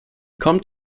kommt